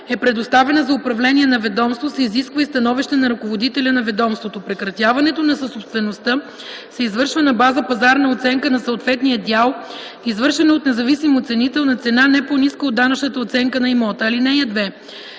е предоставена за управление на ведомство, се изисква и становище на ръководителя на ведомството. Прекратяването на съсобствеността се извършва на база пазарна оценка на съответния дял, извършена от независим оценител, на цена, не по-ниска от данъчната оценка на имота. (2) При